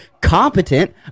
competent